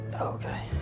Okay